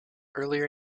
earlier